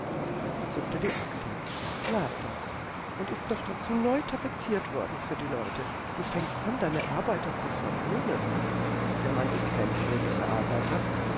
sie zuckte die achseln leider und ist noch dazu neu tapeziert worden für die leute du fängst an deine arbeiter zu verwöhnen der mann ist kein gewöhnlicher arbeiter